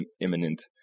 imminent